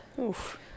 Oof